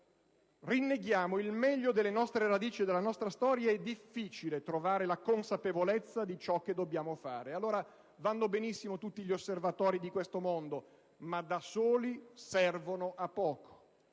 rinneghiamo il meglio delle nostre radici, della nostra storia, è difficile trovare la consapevolezza di ciò che dobbiamo fare. Allora vanno benissimo gli osservatori sulla libertà religiosa, ma da soli servono a poco.